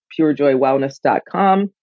purejoywellness.com